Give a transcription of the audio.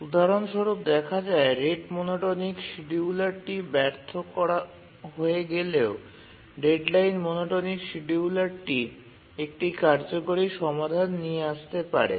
উদাহরণস্বরূপ দেখা যায় রেট মনোটোনিক শিডিউলারটি ব্যর্থ হয়ে গেলেও ডেডলাইন মনোটোনিক শিডিউলারটি একটি কার্যকরী সমাধান নিয়ে আসতে পারে